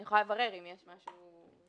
אני יכולה לברר אם יש משהו ספציפי.